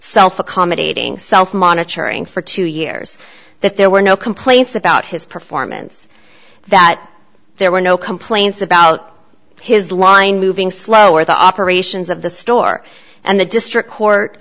self accommodating self monitoring for two years that there were no complaints about his performance that there were no complaints about his line moving slow or the operations of the store and the district court